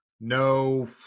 No